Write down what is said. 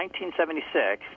1976